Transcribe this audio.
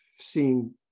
seeing